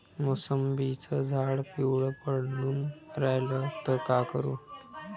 मोसंबीचं झाड पिवळं पडून रायलं त का करू?